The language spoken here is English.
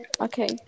Okay